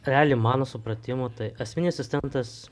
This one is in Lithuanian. realiai mano supratimu tai asmeninis asistentas